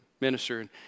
minister